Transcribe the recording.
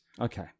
Okay